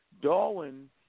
Darwin